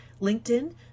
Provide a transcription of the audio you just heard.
LinkedIn